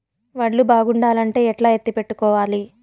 వడ్లు బాగుండాలంటే ఎట్లా ఎత్తిపెట్టుకోవాలి?